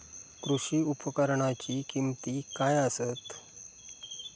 कृषी उपकरणाची किमती काय आसत?